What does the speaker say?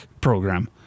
program